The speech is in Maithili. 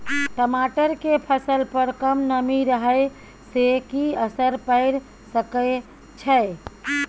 टमाटर के फसल पर कम नमी रहै से कि असर पैर सके छै?